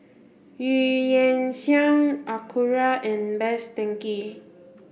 Eu Yan Sang Acura and Best Denki